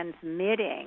transmitting